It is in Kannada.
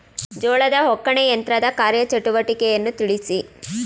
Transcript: ಜೋಳದ ಒಕ್ಕಣೆ ಯಂತ್ರದ ಕಾರ್ಯ ಚಟುವಟಿಕೆಯನ್ನು ತಿಳಿಸಿ?